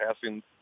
passing